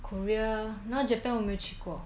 korea now japan 我没有去过